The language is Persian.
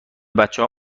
بچهها